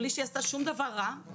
בלי שהיא עשתה שום דבר רע,